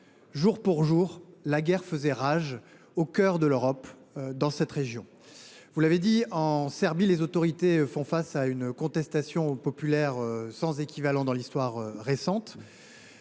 jour pour jour la guerre faisait rage dans cette région, au cœur de l’Europe. Vous l’avez dit, en Serbie, les autorités font face à une contestation populaire sans équivalent dans l’histoire récente.